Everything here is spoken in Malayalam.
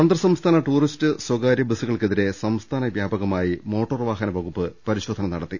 അന്തർസംസ്ഥാന ടൂറിസ്റ്റ് സ്ഥകാര്യ ബസ്സുകൾക്കെതിരേ സംസ്ഥാന വ്യാപകമായി മോട്ടോർവാഹന വകുപ്പ് പരിശോധന നടത്തി